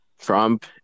Trump